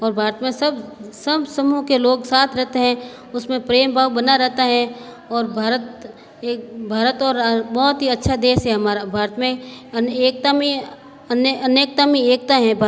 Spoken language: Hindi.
और भारत में सब सब समूह के लोग साथ रहते हैं उसमें प्रेम भाव बना रहता है और भारत एक भारत और बहुत ही अच्छा देश है हमारा भारत में अनेकता में अनेकता में एकता है